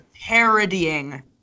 parodying